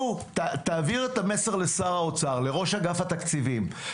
תעביר את המסר לשר האוצר, לראש אגף התקציבים.